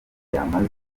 byamaze